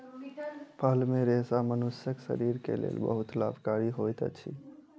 फल मे रेशा मनुष्यक शरीर के लेल बहुत लाभकारी होइत अछि